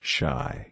Shy